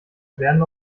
werden